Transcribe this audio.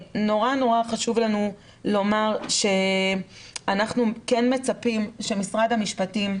חשוב לנו מאוד לומר שאנחנו כן מצפים שמשרד המשפטים,